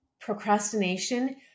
Procrastination